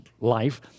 life